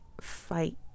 fight